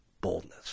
boldness